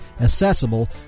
accessible